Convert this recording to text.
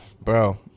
bro